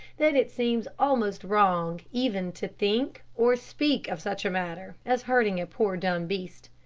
that it seems almost wrong even to think or speak of such a matter as hurting a poor dumb beast.